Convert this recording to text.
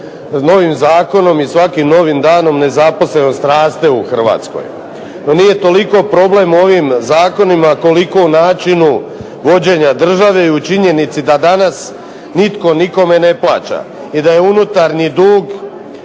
novim zakonom i svakim novim danom nezaposlenost raste u Hrvatskoj. No nije toliko problem ovim zakonima koliko načinu vođenja države i u činjenici da danas nitko nikome ne plaća i da je unutarnjih dug